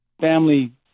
family